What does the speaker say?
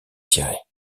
tirés